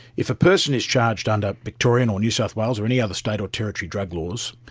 if a person is charged under victorian or new south wales or any other state or territory drug laws,